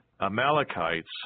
Amalekites